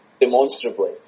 demonstrably